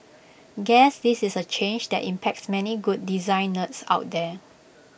guess this is A change that impacts many good design nerds out there